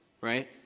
right